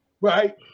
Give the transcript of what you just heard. Right